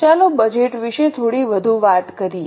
ચાલો બજેટ વિશે થોડી વધુ વાત કરીએ